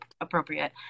appropriate